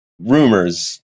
rumors